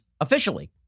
officially